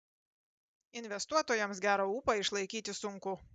investuotojams gerą ūpą išlaikyti sunku